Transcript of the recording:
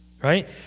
right